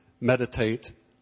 meditate